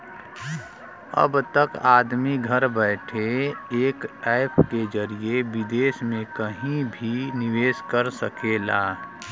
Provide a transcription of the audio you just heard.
अब त आदमी घर बइठे एक ऐप के जरिए विदेस मे कहिं भी निवेस कर सकेला